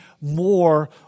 more